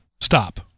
stop